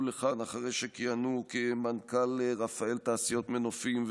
לכאן אחרי שכיהנו כמנכ"ל רפאל תעשיות מגופים,